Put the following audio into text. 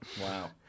Wow